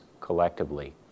collectively